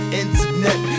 internet